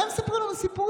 מה הם מספרים לנו סיפורים?